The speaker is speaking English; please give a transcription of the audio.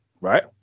right